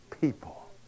people